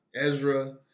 Ezra